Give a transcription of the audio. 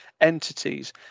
Entities